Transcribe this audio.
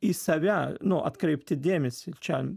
į save nu atkreipti dėmesį čia